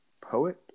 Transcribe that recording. poet